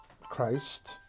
Christ